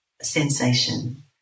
sensation